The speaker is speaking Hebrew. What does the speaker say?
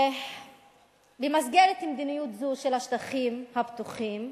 במסגרת מדיניות זו של השטחים הפתוחים,